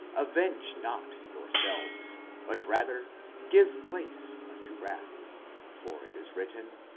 avenge not yourselves, but rather give place unto wrath for it is written,